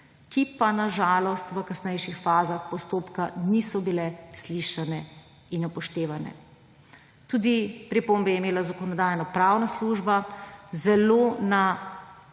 ki pa na žalost v kasnejših fazah postopka niso bile slišane in upoštevane. Pripombe je imela tudi Zakonodajno-pravna služba na